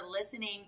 listening